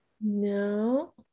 no